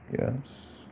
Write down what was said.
Yes